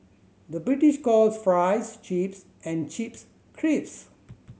the British calls fries chips and chips crisps